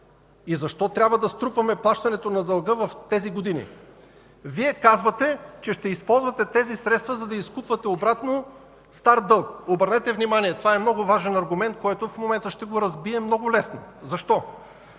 И защо трябва да струпваме плащането на дълга в тези години? Вие казвате, че ще използвате тези средства, за да изкупувате обратно стар дълг. Обърнете внимание, това е много важен аргумент, който в момента ще разбия много лесно. Защо?